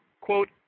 quote